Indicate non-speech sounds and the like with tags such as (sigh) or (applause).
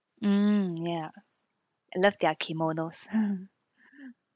mm ya I love their kimonos (laughs)